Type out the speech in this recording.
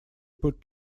put